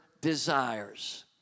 desires